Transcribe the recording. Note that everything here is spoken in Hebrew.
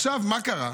מה קרה?